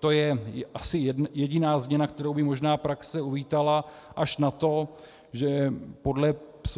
To je asi jediná změna, kterou by možná praxe uvítala, až na to, že podle